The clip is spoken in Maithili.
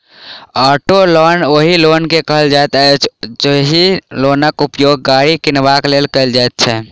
औटो लोन ओहि लोन के कहल जाइत अछि, जाहि लोनक उपयोग गाड़ी किनबाक लेल कयल जाइत छै